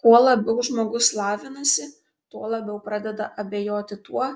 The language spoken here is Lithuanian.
kuo labiau žmogus lavinasi tuo labiau pradeda abejoti tuo